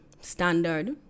standard